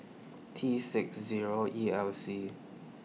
T six Zero E L C